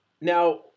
now